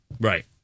Right